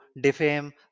defame